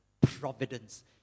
providence